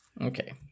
Okay